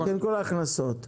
מכל ההכנסות.